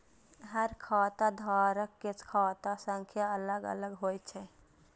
हर खाता धारक के खाता संख्या अलग अलग होइ छै